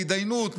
בהידיינות,